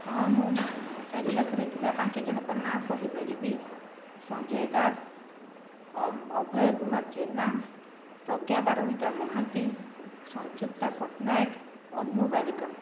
ହଁ ମୁଁ ଚାରିପାଖରେ ଥିବା ପାଞ୍ଚଜଣଙ୍କ ନାଁ କହିପାରିବି ସଞ୍ଜୟ ଦାସ ଅଭୟ କୁମାର ଜେନା ପ୍ରଜ୍ଞାପାରମିତା ମହାନ୍ତି ସଂଯୁକ୍ତା ପଟ୍ଟନାୟକ ଅନୁ ବାରିକ